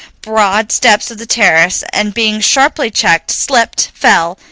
broad steps of the terrace, and, being sharply checked, slipped, fell,